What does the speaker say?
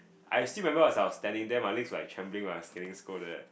I still remember as I was standing there my legs were like trembling when I was getting scolded